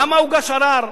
למה הוגש ערר?